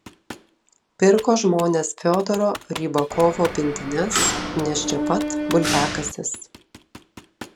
pirko žmonės fiodoro rybakovo pintines nes čia pat bulviakasis